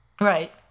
Right